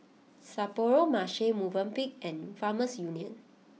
Sapporo Marche Movenpick and Farmers Union